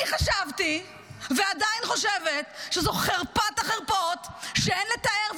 אני חשבתי ועדיין חושבת שזו חרפת החרפות שאין לתאר,